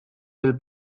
lill